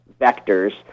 vectors